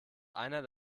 einer